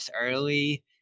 early